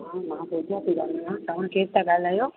मां पुजा थी ॻालायां तव्हां केर था ॻाल्हायो